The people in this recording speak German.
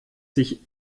sich